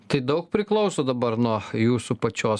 tai daug priklauso dabar nuo jūsų pačios